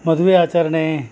ಮದುವೆ ಆಚರಣೆ